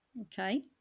Okay